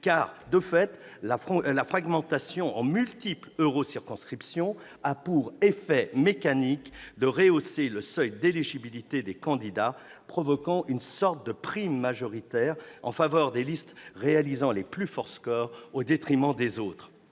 Car, de fait, la fragmentation en multiples eurocirconscriptions a pour effet mécanique de rehausser le seuil d'éligibilité des candidats, provoquant une sorte de prime majoritaire en faveur des listes réalisant les plus forts scores au détriment des autres.